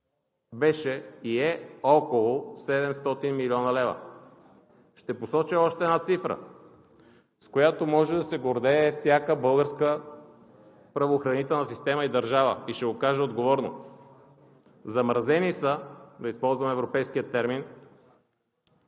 беше и е около 700 млн. лв. Ще посоча още една цифра, с която може да се гордее всяка българска правоохранителна система и държава, и ще я кажа отговорно. Замразени са – да използваме европейския термин